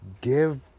give